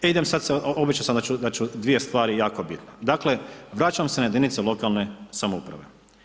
E idem sad, obećao sam da ću dvije stvari jako bitne, dakle vraćam se na jedinice lokalne samouprave.